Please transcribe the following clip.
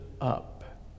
up